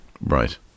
Right